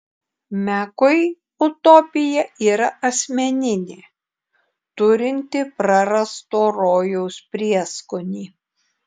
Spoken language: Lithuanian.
mekui utopija yra asmeninė turinti prarasto rojaus prieskonį